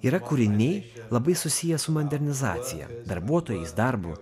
yra kūriniai labai susiję su mandernizacija darbuotojais darbu